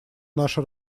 наша